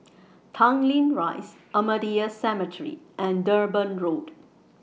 Tanglin Rise Ahmadiyya Cemetery and Durban Road